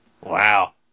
Wow